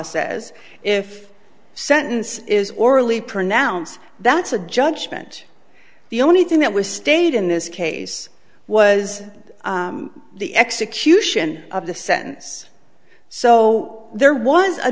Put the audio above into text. says if sentence is orally pronounce that's a judgment the only thing that was stated in this case was the execution of the sentence so there was a